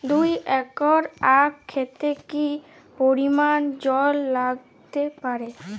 দুই একর আক ক্ষেতে কি পরিমান জল লাগতে পারে?